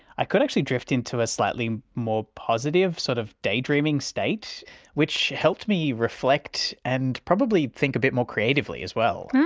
i could actually drift into a slightly more positive sort of daydreaming state which helped me reflect and probably think a bit more creatively as well.